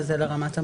זה ברמת המהות.